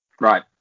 Right